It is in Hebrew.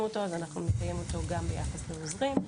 אותו אז אנחנו מחילים אותו גם ביחס לעוזרים,